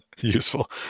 useful